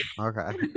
Okay